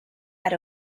out